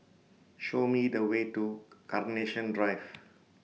Show Me The Way to Carnation Drive